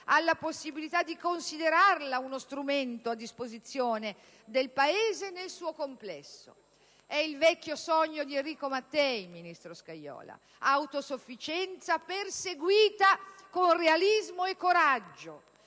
alla possibilità di considerarla uno strumento a disposizione del Paese nel suo complesso. È il vecchio sogno di Enrico Mattei, ministro Scajola: autosufficienza perseguita con realismo e coraggio,